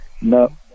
no